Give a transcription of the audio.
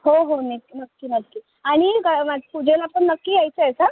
हो हो नी नक्की नक्की आणि क माझी पूजेला पण नक्की यायचं आहेस हं